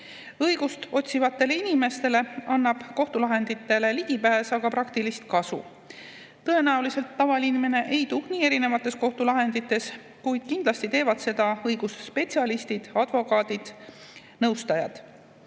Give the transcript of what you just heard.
Õigust otsivatele inimestele annab ligipääs kohtulahenditele aga praktilist kasu. Tõenäoliselt ei tuhni tavainimene erinevates kohtulahendites, kuid kindlasti teevad seda õigusspetsialistid, advokaadid, nõustajad.